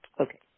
Okay